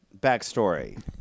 backstory